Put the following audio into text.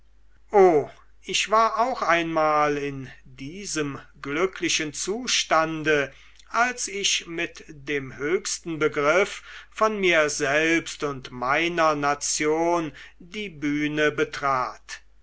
ich war auch einmal in diesem glücklichen zustande als ich mit dem höchsten begriff von mir selbst und meiner nation die bühne betrat